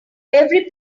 every